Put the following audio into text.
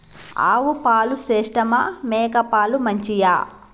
ఆవు పాలు శ్రేష్టమా మేక పాలు మంచియా?